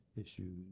issues